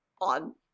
on